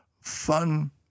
fun